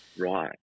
Right